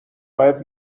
باید